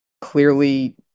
clearly